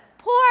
poor